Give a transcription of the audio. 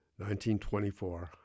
1924